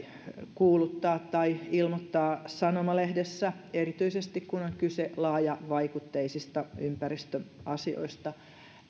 kuuluttaa tai ilmoittaa sanomalehdissä erityisesti kun on kyse laajavaikutteisista ympäristöasioista